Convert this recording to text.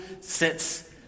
sits